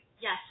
Yes